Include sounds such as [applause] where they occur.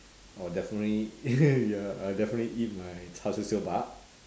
I will definitely [laughs] ya I will definitely eat my char-siew sio-bak